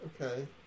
okay